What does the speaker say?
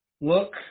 look